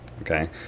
Okay